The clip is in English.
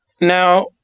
Now